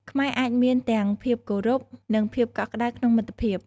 ខ្មែរអាចមានទាំងភាពគោរព និងភាពកក់ក្ដៅក្នុងមិត្តភាព។